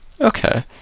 Okay